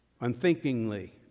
unthinkingly